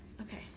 Okay